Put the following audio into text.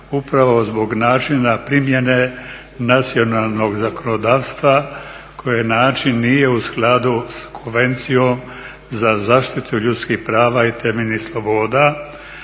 u pravo zbog načina primjene nacionalnog zakonodavstva koje način nije u skladu s Konvencijom za zaštitu ljudskih prava i temeljnih sloboda,